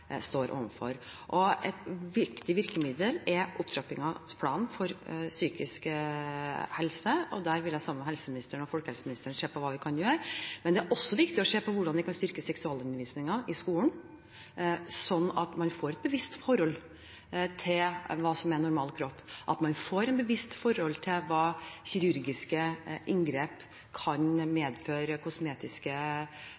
står overfor. Et viktig virkemiddel er opptrappingsplanen for psykisk helse. I det arbeidet vil jeg sammen med helseministeren og folkehelseministeren se på hva vi kan gjøre. Men det er også viktig å se på hvordan vi kan styrke seksualundervisningen i skolen, slik at man får et bevisst forhold til hva som er en normal kropp,